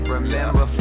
Remember